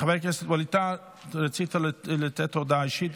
חבר הכנסת ווליד טאהא, רצית לתת הודעה אישית,